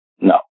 No